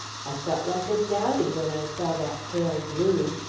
i felt like a dowdy when i saw that pale blue